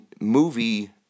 movie